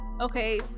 Okay